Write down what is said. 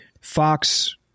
Fox